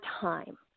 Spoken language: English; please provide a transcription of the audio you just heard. time